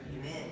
Amen